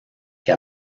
que